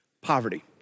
poverty